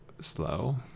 slow